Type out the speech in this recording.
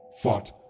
fought